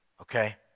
Okay